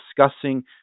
discussing